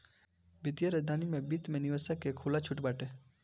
वित्तीय राजधानी में वित्त में निवेशक के खुला छुट बाटे